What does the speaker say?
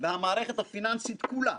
והמערכת הפיננסית כולה,